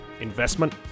investment